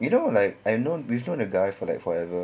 you know like I know we've known the guy for like forever